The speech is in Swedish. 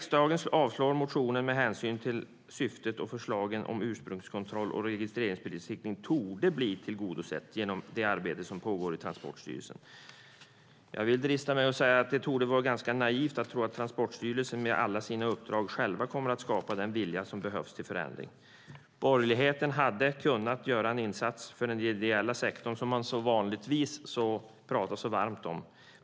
Utskottet avstyrker motionen med hänsyn till att syftet med förslagen om ursprungskontroll och registreringsbesiktning torde bli tillgodosett genom det arbete som pågår i Transportstyrelsen. Jag vill drista mig att säga att det torde vara ganska naivt att tro att Transportstyrelsen med alla sina uppdrag själv kommer att skapa den vilja som behövs till förändring. Borgerligheten hade kunnat göra en insats för den ideella sektorn, som man vanligtvis pratar så varmt om.